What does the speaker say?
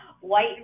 white